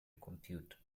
compute